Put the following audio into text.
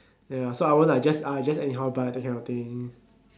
ya so I won't like just ah just anyhow buy that kind of thing